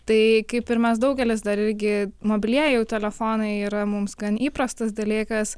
tai kaip ir mes daugelis dar irgi mobilieji telefonai yra mums gan įprastas dalykas